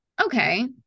okay